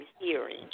hearing